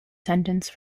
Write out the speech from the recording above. sentence